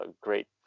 great